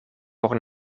por